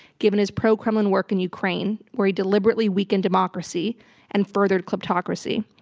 given his pro-kremlin work in ukraine, where he deliberately weakened democracy and furthered kleptocracy.